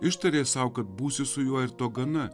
ištarė sau kad būsiu su juo ir to gana